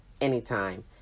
anytime